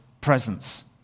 presence